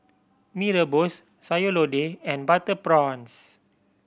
Mee Rebus Sayur Lodeh and butter prawns